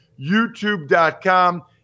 youtube.com